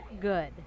good